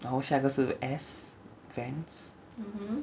然后下一个是 S van